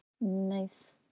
nice